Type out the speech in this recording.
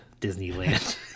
Disneyland